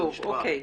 טוב, אוקיי.